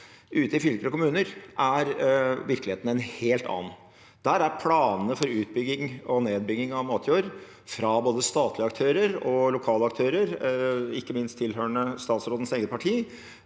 ute i fylker og kommuner, er virkeligheten en helt annen. Der er planene for utbygging og nedbygging av matjord, fra både statlige og lokale aktører, ikke minst tilhørende statsrådens eget parti,